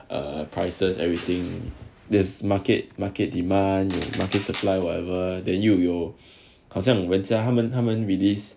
err prices everything there's market market demand market supply whatever that you your 好像 when 讲他们他们 released